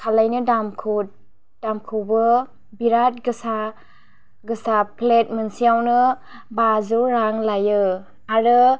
खालायनो दामखौ दामखौबो बिराथ गोसा गोसा फ्लेट मोनसेयावनो बाजौ रां लायो आरो